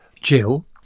Jill